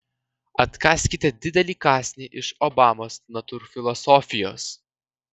atkąskite didelį kąsnį iš obamos natūrfilosofijos